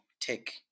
take